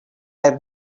have